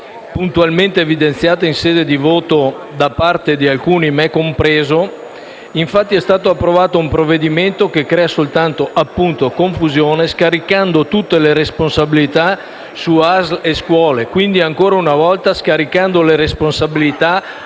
puntualmente evidenziate in sede di voto da parte di alcuni, me compreso. Infatti, è stato approvato un provvedimento che crea soltanto confusione, scaricando tutte le responsabilità su ASL e scuole, quindi, ancora una volta, scaricando le responsabilità